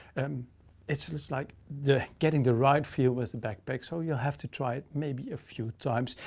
and it's just like the getting the right feel with the backpack. so you'll have to try it maybe a few times.